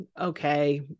okay